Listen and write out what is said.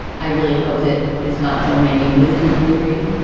i really hope that is not filmmaking with the two of you. agree?